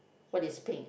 what is pink